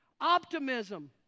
Optimism